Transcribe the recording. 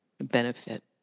benefit